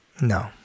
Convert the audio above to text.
no